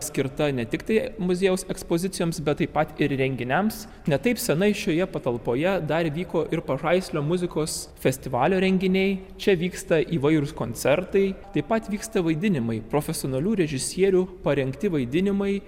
skirta ne tiktai muziejaus ekspozicijoms bet taip pat ir renginiams ne taip seniai šioje patalpoje dar vyko ir pažaislio muzikos festivalio renginiai čia vyksta įvairūs koncertai taip pat vyksta vaidinimai profesionalių režisierių parengti vaidinimai